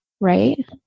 right